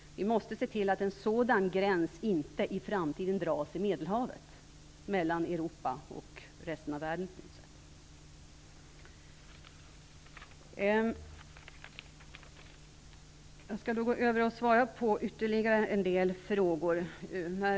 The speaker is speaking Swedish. Vi måste se till att en sådan gräns mellan Europa och resten av världen inte dras i Medelhavet i framtiden. Jag skall övergå till att svara på ytterligare en del frågor.